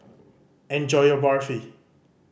enjoy your Barfi